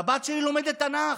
הבת שלי לומדת תנ"ך,